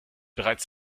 bereits